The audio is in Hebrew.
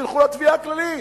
שילכו לתביעה הכללית.